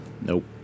Nope